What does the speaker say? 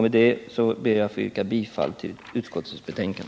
Med detta ber jag att få yrka bifall till utskottets hemställan.